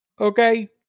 Okay